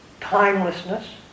timelessness